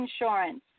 insurance